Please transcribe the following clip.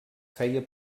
feia